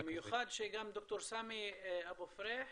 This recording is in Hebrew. במיוחד שגם ד"ר סאמי אבו פריח